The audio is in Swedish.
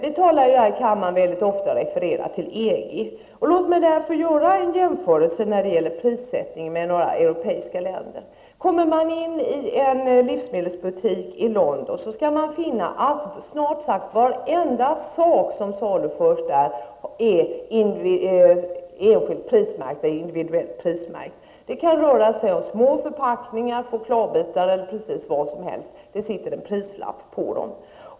I denna kammare refererar vi ofta till EG. Låt mig därför göra en jämförelse i fråga om prissättning av varor med några andra europeiska länder. Kommer man in i en livsmedelsbutik i London finner man att snart sagt varje sak som saluförs är individuellt prismärkt. Det kan röra sig om små förpackningar, chockladbitar eller precis vad som helst. Det sitter en prislapp på dem.